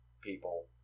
people